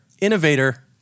innovator